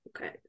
Okay